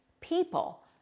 people